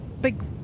big